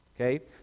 Okay